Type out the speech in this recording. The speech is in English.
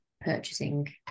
purchasing